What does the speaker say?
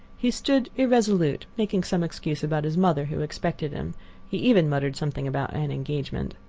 he stood irresolute, making some excuse about his mother who expected him he even muttered something about an engagement.